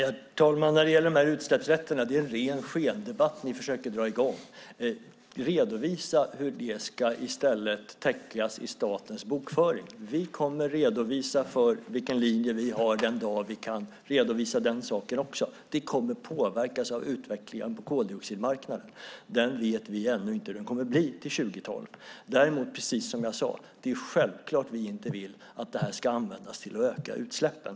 Herr talman! När det gäller utsläppsrätterna är det en ren skendebatt som ni försöker dra igång. Redovisa i stället hur det ska täckas i statens bokföring. Vi kommer att redovisa för vilken linje vi har den dag vi kan redovisa den saken. Det kommer att påverkas av utvecklingen på koldioxidmarknaden. Den vet vi ännu inte hur den kommer att bli till 2012. Däremot är det självklart, precis som jag sade, att vi inte vill att det ska användas till att öka utsläppen.